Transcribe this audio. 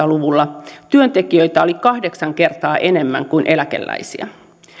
luvulla työntekijöitä oli kahdeksan kertaa enemmän kuin eläkeläisiä